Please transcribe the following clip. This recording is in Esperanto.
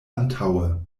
antaŭe